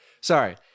Sorry